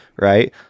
right